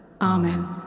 Amen